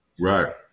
Right